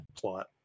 plot